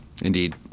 Indeed